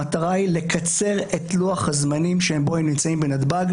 המטרה היא לקצר את לוח-הזמנים שבו הם נמצאים בנתב"ג.